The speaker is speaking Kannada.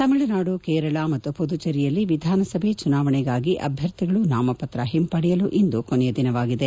ತಮಿಳುನಾಡು ಕೇರಳ ಮತ್ತು ಪುದುಚೆರಿಯಲ್ಲಿ ವಿಧಾನಸಭೆ ಚುನಾವಣೆಗಾಗಿ ಅಭ್ಯರ್ಥಿಗಳು ನಾಮಪತ್ರ ಹಿಂಪಡೆಯಲು ಇಂದು ಕೊನೆಯ ದಿನವಾಗಿದೆ